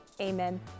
amen